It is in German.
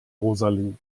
rosalie